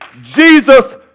Jesus